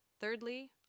Thirdly